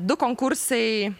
du konkursai